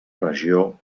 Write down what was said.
regió